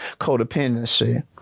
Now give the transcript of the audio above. codependency